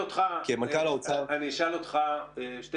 אשאל אותך שתי